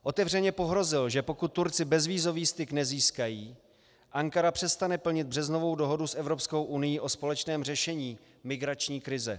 Otevřeně pohrozil, že pokud Turci bezvízový styk nezískají, Ankara přestane plnit březnovou dohodu s Evropskou unií o společném řešení migrační krize.